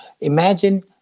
imagine